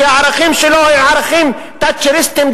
כי הערכים שלו הם ערכים תאצ'ריסטיים,